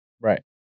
Right